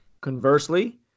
Conversely